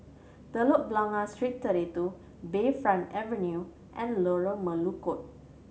Telok Blangah Street Thirty Two Bayfront Avenue and Lorong Melukut